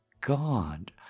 God